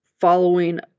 following